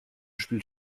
spielt